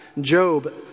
Job